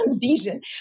vision